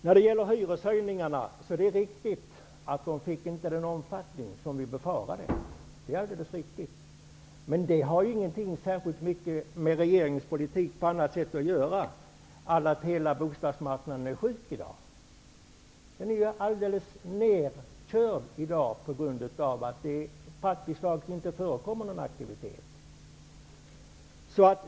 När det gäller hyreshöjningarna är det riktigt att de inte fick den omfattning som vi befarade, men det har inte särskilt mycket med regeringens politik att göra, på annat sätt än att hela bostadsmarknaden i dag är sjuk. Den är helt nedkörd på grund av att det praktiskt taget inte förekommer någon aktivitet.